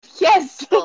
Yes